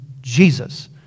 Jesus